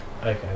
Okay